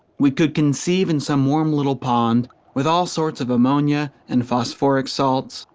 we could conceive in some warm little pond, with all sorts of ammonia and phosphoric salts,